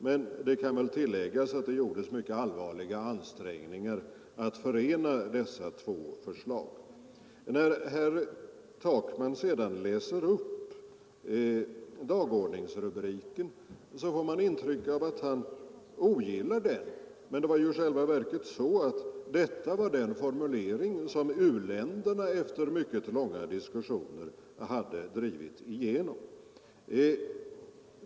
Men det kan tilläggas att det gjordes mycket allvarliga ansträngningar att förena dessa två förslag. När herr Takman sedan läser upp dagordningsrubriken får man ett intryck av att han ogillar den. Det var i själva verket så att detta var den formulering som u-länderna efter mycket långa diskussioner hade drivit igenom.